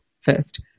first